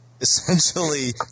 essentially